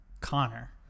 Connor